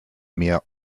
mehr